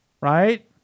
Right